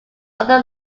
other